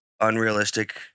unrealistic